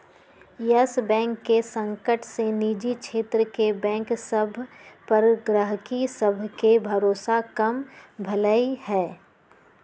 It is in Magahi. इयस बैंक के संकट से निजी क्षेत्र के बैंक सभ पर गहकी सभके भरोसा कम भेलइ ह